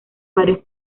varios